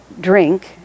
drink